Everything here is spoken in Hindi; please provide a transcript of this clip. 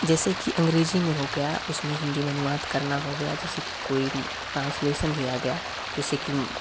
जैसे कि अंग्रेज़ी में हो गया उसमें हिंदी में अनुवाद करना हो गया जैसे कि कोई ट्रांसलेशन ही आ गया जैसे कि